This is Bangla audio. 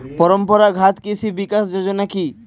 পরম্পরা ঘাত কৃষি বিকাশ যোজনা কি?